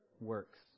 Works